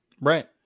Right